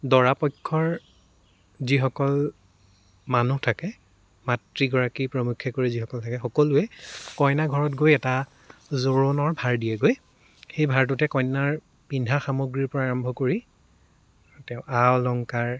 দৰাপক্ষৰ যিসকল মানুহ থাকে মাতৃগৰাকী প্ৰমুখ্যে কৰি যিসকল থাকে সকলোৱে কইনা ঘৰত গৈ এটা জোৰোণৰ ভাৰ দিয়েগৈ সেই ভাৰটোতে কন্যাৰ পিন্ধা সামগ্ৰীৰ পৰা আৰম্ভ কৰি তেওঁৰ আ অলংকাৰ